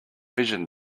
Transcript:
vision